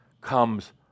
comes